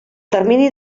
termini